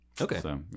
Okay